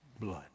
blood